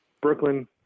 Brooklyn